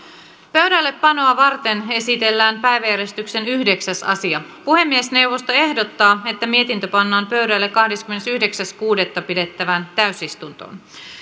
pöydällepanoa varten esitellään päiväjärjestyksen yhdeksäs asia puhemiesneuvosto ehdottaa että mietintö pannaan pöydälle kahdeskymmenesyhdeksäs kuudetta kaksituhattaviisitoista pidettävään täysistuntoon